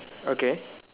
okay